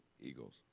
Eagles